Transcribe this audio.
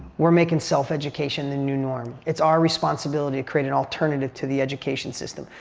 we're making self education the new norm. it's our responsibility to create an alternative to the education system.